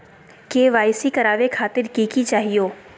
KYC करवावे खातीर कि कि चाहियो?